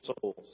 souls